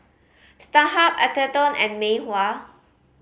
Starhub Atherton and Mei Hua